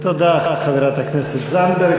תודה, חברת הכנסת זנדברג.